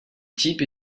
type